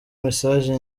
message